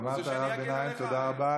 אמרת הערת ביניים, תודה רבה.